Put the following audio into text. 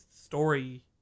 story